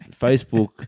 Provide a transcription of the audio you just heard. Facebook